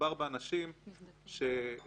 מדובר באנשים שיודעים